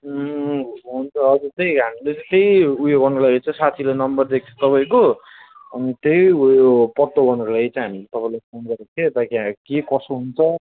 अँ हुन्छ हजुर त्यही हामीले चाहिँ त्यही उयो गर्नु लागि चाहिँ साथीले नम्बर दिएको थियो तपाईँको त्यही उयो पत्तो गर्नु लागि चाहिँ हामीले तपाईँलाई फोन गरेको थियौँ ता कि के कसो हुन्छ